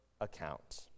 account